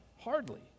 Hardly